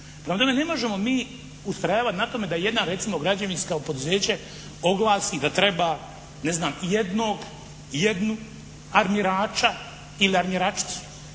tome, ne možemo mi ustrajavati na tome da jedna recimo građevinsko poduzeće oglasi da treba ne znam jednog, jednu armirača ili armiračicu.